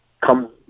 come